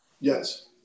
Yes